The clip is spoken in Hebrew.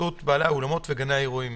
התאחדות בעלי האולמות וגני האירועים.